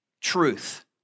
truth